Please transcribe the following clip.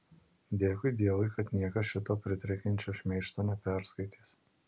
dėkui dievui kad niekas šito pritrenkiančio šmeižto neperskaitys